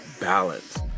balance